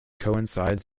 coincides